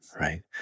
right